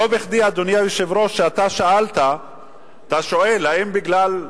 לא בכדי, אדוני היושב-ראש, אתה שואל, האם בגלל,